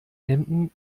emden